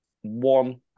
one